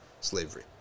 slavery